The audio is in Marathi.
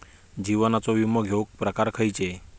जीवनाचो विमो घेऊक प्रकार खैचे?